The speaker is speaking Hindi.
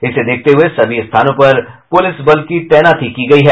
इसे देखते हुये सभी स्थानों पर पुलिस बल की तैनाती की गयी है